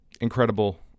incredible